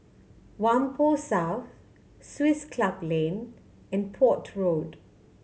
Whampoa South Swiss Club Lane and Port Road